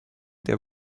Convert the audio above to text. there